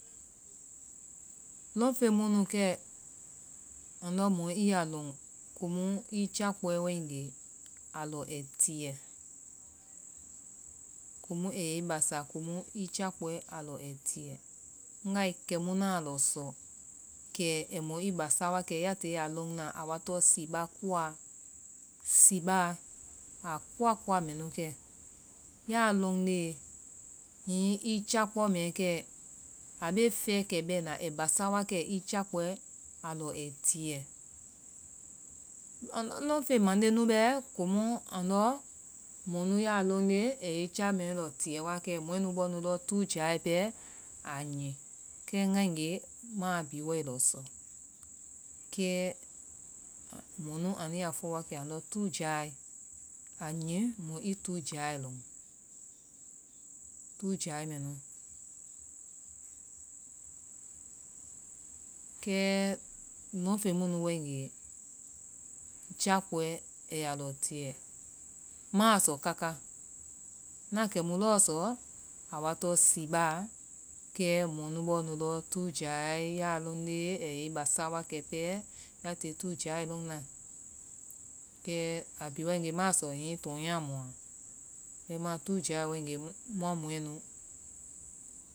Lɔn feŋ mu nu kɛ andɔ mɔ i yaa lɔn komu i jakpɔɛ waegee a lɔ ai tiyɛ komu ayɛi basa komu i jakpɔɛ a lɔi i tiyɛ. ŋgaee kɛmu ŋnaa lɔ sɔ kɛ ai mɔ i basa wakɛ ya tilee a lɔnna, a wa tɔn sibaa kuwa sibaa, a kuwa kuwa mɛnu kɛ. yaa lɔndee hihi i jakpɔ mɛa kɛ. a bee fɛɛkɛ bɛɛna, a yɛi basa wa kɛ. a bee fɛɛkɛ bɛɛna, ayɛi basa wa kɛ i jakpɔɛ a lɔi tiyɛ ndɔndɔ lɔn fen mande nu bɛ komu andɔ mɔ nu yaa lɔndee, ayɛi ja mɛɛ lɔ tiyɛ wa kɛ, mɔɛ bɔɔ nu lɔ, tuu jaae pɛɛ, aa nui kɛ ŋgaegee maa bihi wae lɔ sɔ. kɛ mɔnu, anu yaa fɔ wakɛ and lɔ tuu jaae, a nyi mɔ i tuu jaae lɔn. tuu jaae mɛnu, kɛɛ lɔnfen munu waegee, jakpɔɛ ayaa lɔ tiyɛ, maa sɔ kaka, ŋna kɛmu lɔɔ sɔ, a wa tɔn sibaa kɛ mɔ nu bɔɔ nu lɔ tuujaae yaa lɔndee aiyɛi basa wa kɛ pɛɛ yaa ti tuujaae waegee lɔnna. kɛ a bihi waegee maa sɔ hini tɔɔ yaa mua bɛima tuujaae waegee mua mɔɛ nu.